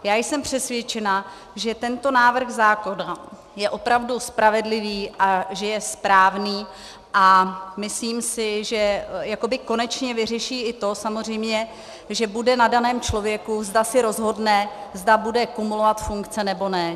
Já jsem přesvědčena, že tento návrh zákona je opravdu spravedlivý a že je správný, a myslím si, že jakoby konečně vyřeší i to, samozřejmě že bude na daném člověku, zda si rozhodne, zda bude kumulovat funkce, nebo ne.